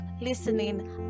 listening